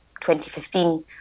2015